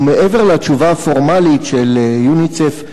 ומעבר לתשובה הפורמלית של יוניסף,